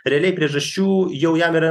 realiai priežasčių jau jam yra